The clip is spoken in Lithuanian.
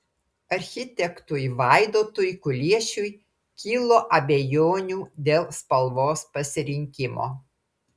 architektui vaidotui kuliešiui kilo abejonių dėl spalvos pasirinkimo